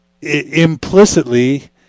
implicitly